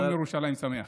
יום ירושלים שמח.